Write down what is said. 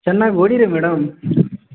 ಚೆನ್ನಾಗಿ ಹೊಡಿರಿ ಮೇಡಮ್